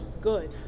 good